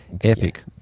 Epic